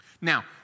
Now